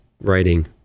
writing